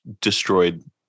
destroyed